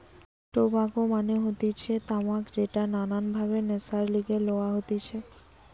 tobacco মানে হতিছে তামাক যেটা নানান ভাবে নেশার লিগে লওয়া হতিছে